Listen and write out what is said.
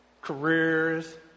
careers